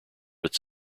its